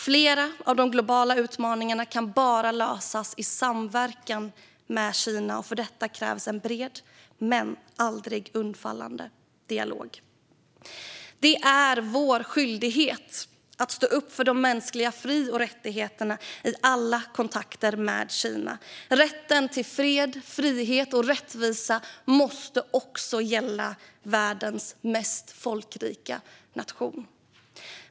Flera av de globala utmaningarna kan bara lösas i samverkan med Kina, och för detta krävs en bred, men aldrig undfallande, dialog. Det är vår skyldighet att stå upp för de mänskliga fri och rättigheterna i alla kontakter med Kina. Rätten till fred, frihet och rättvisa måste också gälla världens mest folkrika nation.